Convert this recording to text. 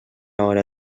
hora